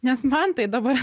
nes man tai dabar